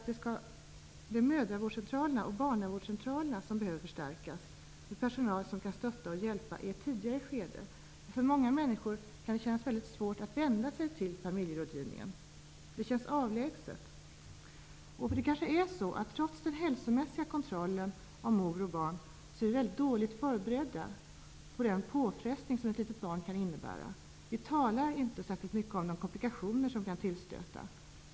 Det är mödra och barnavårdscentralerna som behöver förstärkas, med personal som kan stötta och hjälpa i ett tidigare skede. För många människor kan det kännas mycket svårt att vända sig till familjerådgivningen. Det kan kännas avlägset. Kanske är det så, att trots den hälsomässiga kontrollen av mor och barn är vi dåligt förberedda på den påfrestning som ett litet barn kan innebära. Vi talar inte särskilt mycket om de komplikationer som kan tillstöta.